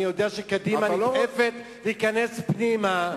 אני יודע שקדימה נדחפת להיכנס פנימה,